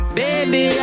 baby